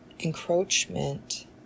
encroachment